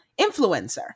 influencer